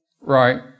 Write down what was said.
Right